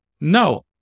No